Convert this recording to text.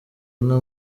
nta